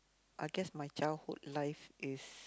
I guess my childhood life is